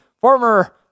Former